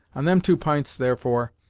on them two p'ints therefore,